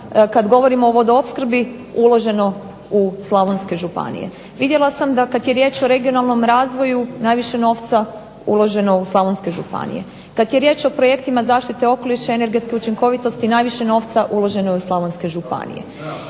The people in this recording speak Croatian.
kad govorim o vodoopskrbi uloženo u slavonske županije. Vidjela sam da, kad je riječ o regionalnom razvoju, najviše novca uloženo u slavonske županije. Kad je riječ o projektima zaštite okoliša i energetske učinkovitosti, najviše novca uloženo je u slavonske županije.